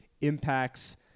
impacts